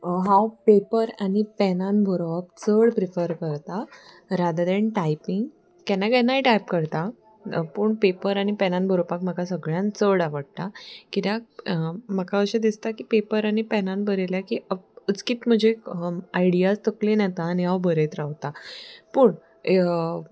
हांव पेपर आनी पेनान बरोवप चड प्रिफर करता रादर दॅन टायपींग केन्ना केन्नाय टायप करता पूण पेपर आनी पेनान बरोवपाक म्हाका सगळ्यान चड आवडटा कित्याक म्हाका अशें दिसता की पेपर आनी पेनान बरयल्या की उचकीत म्हजे आयडियाज तकलेन येता आनी हांव बरयत रावता पूण